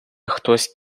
хтось